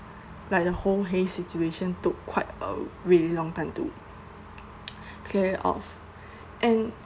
like the whole haze situation took quite a really long time to clear off and